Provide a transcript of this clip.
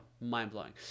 Mind-blowing